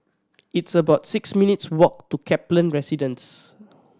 it's about six minutes' walk to Kaplan Residence